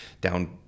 down